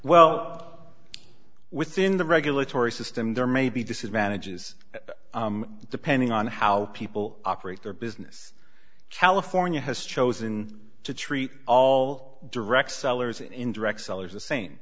well within the regulatory system there may be disadvantages depending on how people operate their business california has chosen to treat all direct sellers in direct sellers